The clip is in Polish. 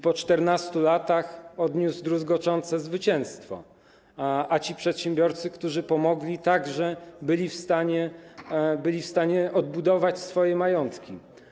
Po 14 latach odniósł druzgoczące zwycięstwo, a ci przedsiębiorcy, którzy pomogli, także byli w stanie odbudować swoje majątki.